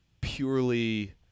purely